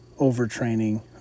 overtraining